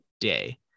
Day